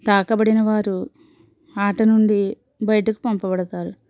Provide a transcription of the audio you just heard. తాకబడిన వారు ఆట నుండి బయటకు పంపబడుతారు